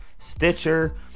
Stitcher